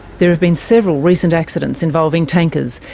there have been several recent accidents involving tankers,